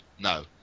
no